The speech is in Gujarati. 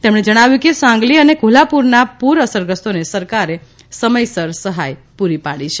તેમણે જણાવ્યું કે સાંગલી અને કોલ્હાપુરના પૂર અસરગ્રસ્તોને સરકારે સમયસર સહાય પૂરી પાડી છે